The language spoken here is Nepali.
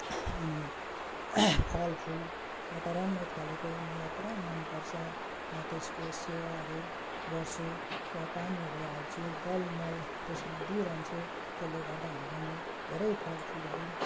अनि फलफुल लटरम्मै फलेको मलाई पुरा मनपर्छ म त्यसको सेवाहरू गर्छु त्यहाँ पानीहरू हाल्छु जलमल त्यसमा दिइरहन्छु त्यसले गर्दा हाम्रोमा धेरै फलफुलहरू